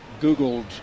Googled